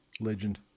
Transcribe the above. Legend